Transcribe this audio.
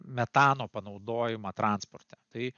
metano panaudojimą transporte tai